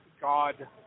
God